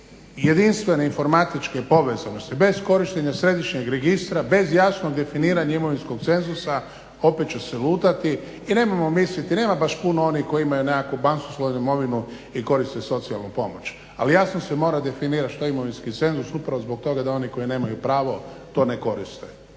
jedinstvene informatičke povezanosti, bez korištenja središnjeg registra, bez jasnog definiranja imovinskog cenzusa opet će se lutati. I nemojmo misliti, nema baš puno onih koji imaju neku basnoslovnu imovinu i koriste socijalnu pomoć. Ali jasno se mora definirati što je imovinski cenzus upravo zbog toga da oni koji nemaju pravo to ne koriste.